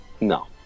No